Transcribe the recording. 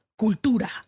cultura